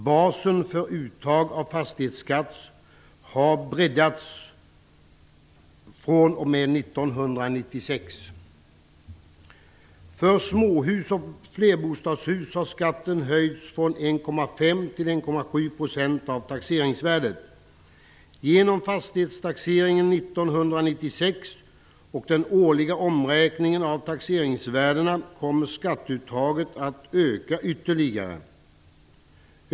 Basen för uttag av fastighetsskatt har breddats fr.o.m. 1996. För småhus och flerbostadshus har skatten höjts från 1,5 % till 1,7 % av taxeringsvärdet. Genom fastighetstaxeringen 1996 och den årliga omräkningen av taxeringsvärdena kommer skatteuttaget att öka ytterligare.